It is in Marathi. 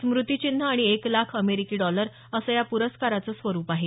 स्मृतीचिन्ह आणि एक लाख अमेरिकी डॉलर असं या प्रस्काराचं स्वरुप आहे